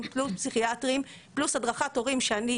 פלוס פסיכיאטרים פלוס הדרכת הורים שאני